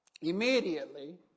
immediately